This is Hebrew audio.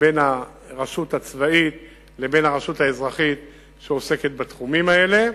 בין הרשות הצבאית לבין הרשות האזרחית שעוסקת בתחומים האלה.